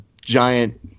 giant